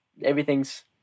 everything's